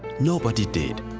nobody did.